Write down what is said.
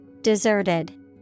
Deserted